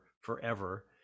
forever